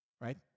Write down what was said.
right